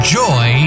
joy